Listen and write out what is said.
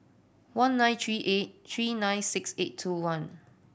one nine three eight three nine six eight two one